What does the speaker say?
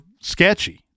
sketchy